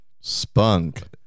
Spunk